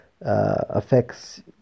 affects